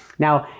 now,